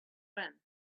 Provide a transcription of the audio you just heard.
when